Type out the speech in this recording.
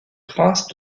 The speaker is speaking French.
princes